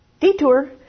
detour